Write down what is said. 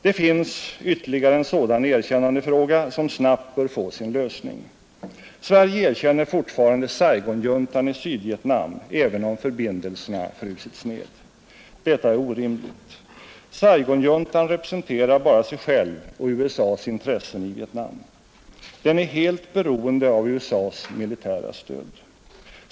Det finns ytterligare en sådan erkännandefråga som snabbt bör få sin lösning. Sverige erkänner fortfarande Saigonjuntan i Sydvietnam även om förbindelserna frusits ned. Detta är orimligt. Saigonjuntan representerar bara sig själv och USA:s intressen i Vietnam. Den är helt beroende av USA:s militära stöd.